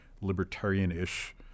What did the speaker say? libertarian-ish